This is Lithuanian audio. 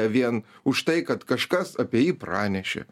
vien už tai kad kažkas apie jį pranešė